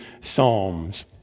psalms